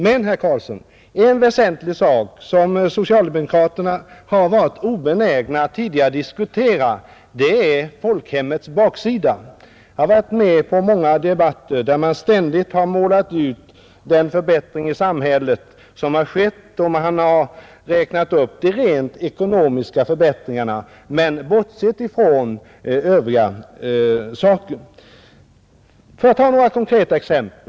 Men, herr Karlsson, en väsentlig sak som socialdemokraterna tidigare varit obenägna att diskutera är folkhemmets baksida. Jag har varit med vid många debatter där man ständigt har målat ut den förbättring av samhället som har skett. Man har räknat upp de rent ekonomiska förbättringarna men bortsett ifrån övriga saker. Får jag ta några konkreta exempel.